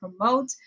promote